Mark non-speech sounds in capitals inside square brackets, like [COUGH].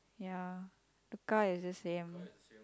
ya the car is the same [NOISE]